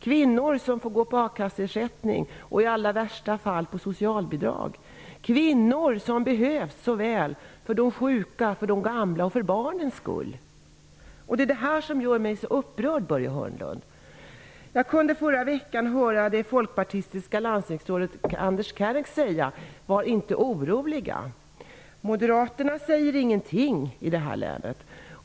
Kvinnor får gå på a-kasseersättning och i allra värsta fall på socialbidrag -- kvinnor som behövs så väl för de sjuka, för de gamla och för barnens skull. Det är detta som gör mig så upprörd, Jag kunde förra veckan höra det folkpartistiska landstingsrådet Andres Käärik säga: Var inte oroliga! Moderaterna säger ingenting i det här länet.